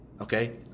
okay